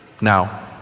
now